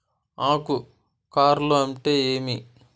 ఆకు కార్ల్ అంటే ఏమి?